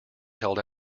held